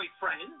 boyfriend